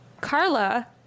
Carla